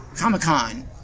Comic-Con